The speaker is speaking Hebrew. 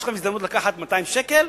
יש להם הזדמנות לקחת 200 ש"ח,